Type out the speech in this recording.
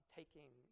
taking